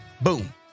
boom